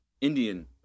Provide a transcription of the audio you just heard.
Indian